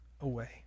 away